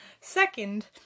Second